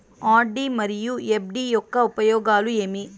RD మరియు FD యొక్క ఉపయోగాలు ఏమి?